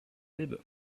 elbe